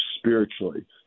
spiritually